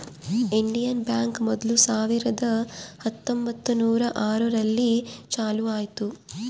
Indian Bank ಮೊದ್ಲು ಸಾವಿರದ ಹತ್ತೊಂಬತ್ತುನೂರು ಆರು ರಲ್ಲಿ ಚಾಲೂ ಆಯ್ತು